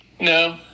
No